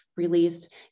released